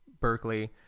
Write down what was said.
Berkeley